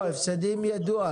לא, הפסדים ידוע.